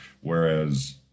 Whereas